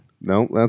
No